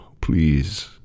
please